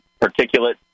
particulate